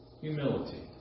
humility